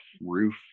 roof